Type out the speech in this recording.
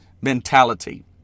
mentality